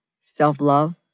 self-love